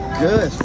good